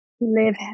live